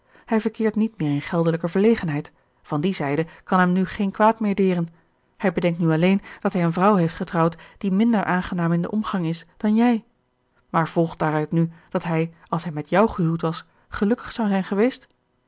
hij verkeert niet meer in geldelijke verlegenheid van die zijde kan hem nu geen kwaad meer deren hij bedenkt nu alleen dat hij eene vrouw heeft getrouwd die minder aangenaam in den omgang is dan jij maar volgt daaruit nu dat hij als hij met jou gehuwd was gelukkig zou zijn geweest